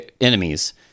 enemies